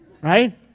Right